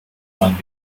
mann